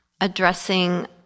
addressing